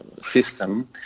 system